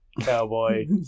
cowboy